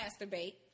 masturbate